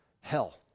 hell